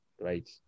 right